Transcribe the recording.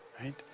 right